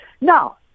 Now